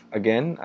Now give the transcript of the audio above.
again